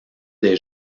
des